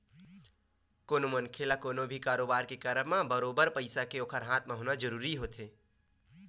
कोनो मनखे ल कोनो भी कारोबार के करब म बरोबर पइसा के ओखर हाथ म होना जरुरी रहिथे